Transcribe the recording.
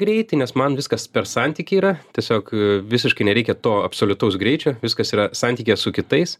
greitį nes man viskas per santykį yra tiesiog visiškai nereikia to absoliutaus greičio viskas yra santykyje su kitais